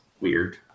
weird